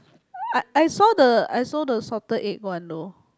uh I saw the I saw the salted egg one though